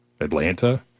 Atlanta